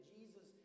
Jesus